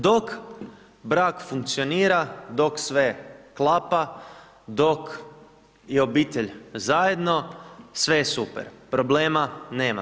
Dok brak funkcionira, dok sve klapa, dok je obitelj zajedno sve je super, problema nema.